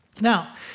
Now